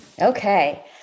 Okay